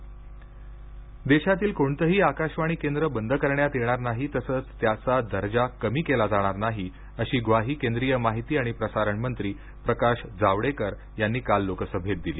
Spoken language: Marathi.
जावडेकर देशातील कोणतंही आकाशवाणी केंद्र बंद करण्यात येणार नाही तसंच त्याचा दर्जा कमी केला जाणार नाही अशी ग्वाही केंद्रीय माहिती आणि प्रसारण मंत्री प्रकाश जावडेकर यांनी काल लोकसभेत दिली